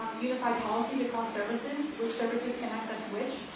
um unified policies across services, which services can access which,